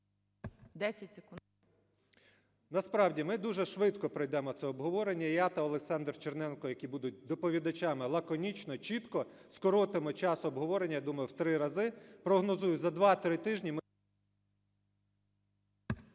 ЄМЕЦЬ Л.О. Насправді ми дуже швидко пройдемо це обговорення. Я та Олександр Черненко, які будуть доповідачами, лаконічно, чітко скоротимо час обговорення, я думаю, в три рази. Прогнозую: за 2-3 тижні ми…